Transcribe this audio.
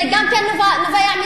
זה גם כן נובע מזלזול?